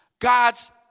God's